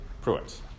Pruitt